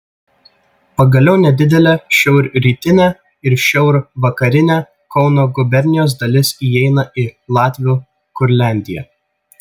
pagaliau nedidelė šiaurrytinė ir šiaurvakarinė kauno gubernijos dalis įeina į latvių kurliandiją